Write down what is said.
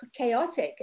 chaotic